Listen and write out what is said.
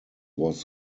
was